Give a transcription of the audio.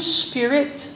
spirit